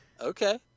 Okay